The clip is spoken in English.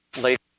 later